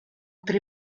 tre